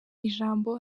ijambo